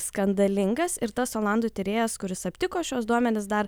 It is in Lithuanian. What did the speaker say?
skandalingas ir tas olandų tyrėjas kuris aptiko šiuos duomenis dar